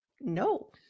No